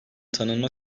tanınma